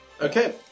Okay